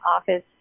office